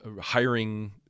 hiring